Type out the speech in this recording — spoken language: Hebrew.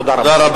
תודה רבה.